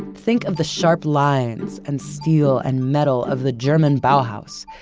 think of the sharp lines and steel and metal of the german bauhaus,